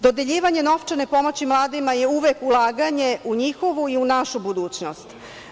Dodeljivanje novčane pomoći mladima je uvek ulaganje u njihovu i u našu budućnost.